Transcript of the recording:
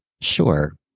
Sure